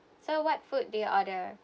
so what food they order